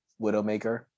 Widowmaker